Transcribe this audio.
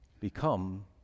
become